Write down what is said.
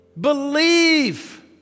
Believe